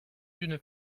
d’une